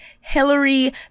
Hillary